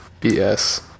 BS